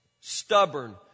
stubborn